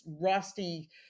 rusty